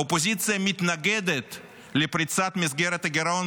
האופוזיציה מתנגדת לפריצת מסגרת הגירעון,